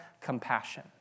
compassion